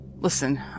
listen